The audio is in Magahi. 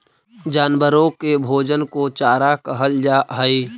जानवरों के भोजन को चारा कहल जा हई